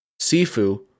Sifu